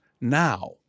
now